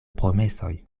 promesoj